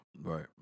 Right